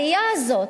הראייה הזאת,